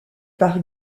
par